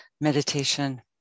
meditation